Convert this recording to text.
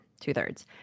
Two-thirds